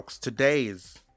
Today's